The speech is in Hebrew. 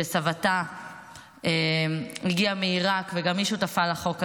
שסבתה הגיעה מעיראק, וגם היא שותפה לחוק הזה.